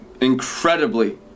Incredibly